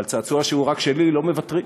ועל צעצוע שהוא "רק שלי" לא מוותרים.